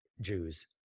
jews